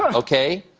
ah okay?